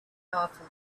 powerful